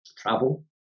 travel